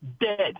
dead